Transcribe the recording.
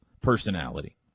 personality